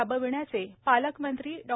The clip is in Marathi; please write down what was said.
राबविण्याचे पालकमंत्री डॉ